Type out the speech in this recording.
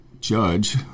judge